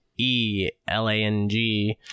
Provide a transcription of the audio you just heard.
E-L-A-N-G